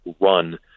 run